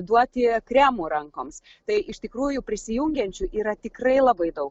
duoti kremų rankoms tai iš tikrųjų prisijungiančių yra tikrai labai daug